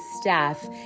staff